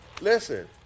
Listen